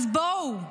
אז בואו,